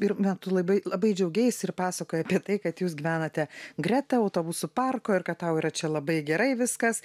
irma tu labai labai džiaugeisi ir pasakojai apie tai kad jūs gyvenate greta autobusų parko ir kad tau yra čia labai gerai viskas